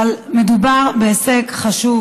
אבל מדובר בהישג חשוב.